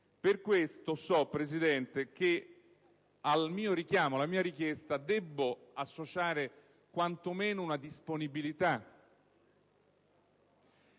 Per questo motivo, signor Presidente, so che al mio richiamo, alla mia richiesta debbo associare, quanto meno, una disponibilità.